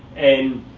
and